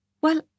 Well